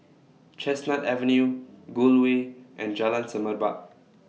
Chestnut Avenue Gul Way and Jalan Semerbak